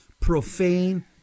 profane